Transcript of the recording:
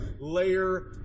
layer